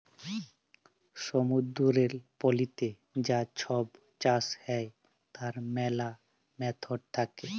সমুদ্দুরের পলিতে যা ছব চাষ হ্যয় তার ম্যালা ম্যাথড থ্যাকে